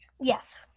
Yes